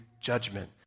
judgment